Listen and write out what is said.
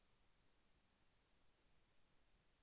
నేను లోన్ తీసుకొనుటకు అర్హుడనేన?